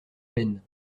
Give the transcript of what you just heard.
peine